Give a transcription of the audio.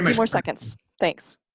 more seconds, thanks!